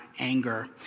Anger